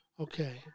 Okay